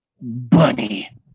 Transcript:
Bunny